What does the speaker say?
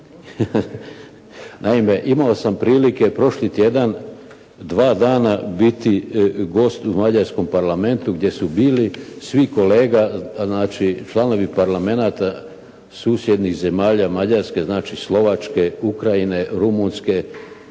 Naime, imao sam prilike prošli tjedan dva dana biti gost u mađarskom Parlamentu gdje su bili svi kolega, znači članovi parlamenata susjednih zemlja Mađarske, znači Slovačke, Ukrajine, Rumunjske,